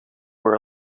were